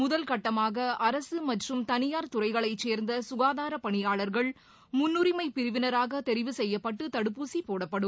முதல்கட்டமாக அரசு மற்றும் தனியார் துறைகளைச் சேர்ந்த சுகாதாரப் பணியாளர்கள் முன்னுரிமை பிரிவினராக தெரிவு செய்யப்பட்டு தடுப்பூசி போடப்படும்